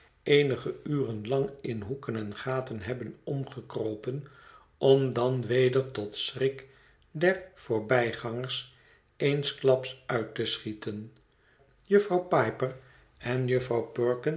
eenige uren lang in hoeken en gaten hebben orogekror m om dan weder tot schrik der voorbijgangers eensklaps uit te schieten jufvrouw pi per en